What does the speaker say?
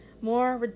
more